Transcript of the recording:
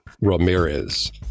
Ramirez